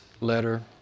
letter